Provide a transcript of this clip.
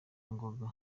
ngoga